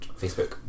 Facebook